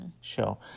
show